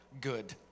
good